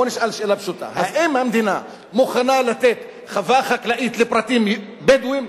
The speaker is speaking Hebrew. בוא נשאל שאלה פשוטה: האם המדינה מוכנה לתת חווה חקלאית לפרטים בדואים?